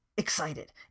Excited